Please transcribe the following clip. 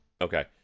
Okay